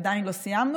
עדיין לא סיימנו.